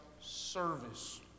service